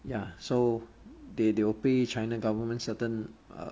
ya so they they will pay china government certain err